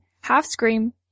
half-scream